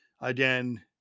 again